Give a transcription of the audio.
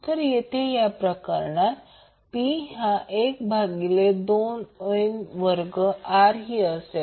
तर येथे या प्रकरणात P हा 1 भागिले 2I वर्ग R ही असेल